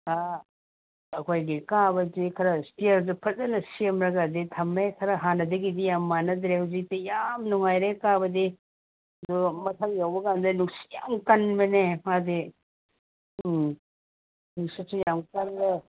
ꯑꯩꯈꯣꯏꯒꯤ ꯀꯥꯕꯁꯤ ꯈꯔ ꯁ꯭ꯇꯤꯌꯔꯗꯣ ꯐꯖꯅ ꯁꯦꯝꯃꯒꯗꯤ ꯊꯝꯃꯦ ꯈꯔ ꯍꯥꯟꯅꯗꯒꯤꯗꯤ ꯌꯥꯝ ꯃꯥꯟꯅꯗ꯭ꯔꯦ ꯍꯧꯖꯤꯛꯇꯤ ꯌꯥꯝ ꯅꯨꯡꯉꯥꯏꯔꯦ ꯀꯥꯕꯗꯤ ꯑꯗꯣ ꯃꯊꯛ ꯌꯧꯕ ꯀꯥꯟꯗ ꯅꯨꯡꯁꯤꯠ ꯌꯥꯝ ꯀꯟꯕꯅꯦ ꯃꯥꯗꯤ ꯎꯝ ꯅꯨꯡꯁꯤꯠꯁꯨ ꯌꯥꯝ ꯀꯜꯂꯦ